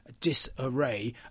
disarray